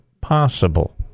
possible